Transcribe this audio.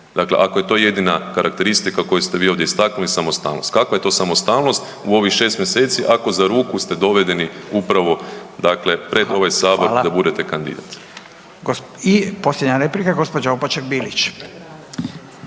dakle ako je to jedina karakteristika koju ste vi ovdje istaknuli, samostalnost. Kakva je to samostalnost u ovih 6 mj. ako za ruku ste dovedeni upravo dakle pred ovaj Sabor da budete kandidat. **Radin, Furio (Nezavisni)**